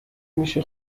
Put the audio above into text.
میشه